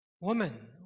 woman